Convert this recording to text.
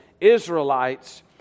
Israelites